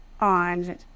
on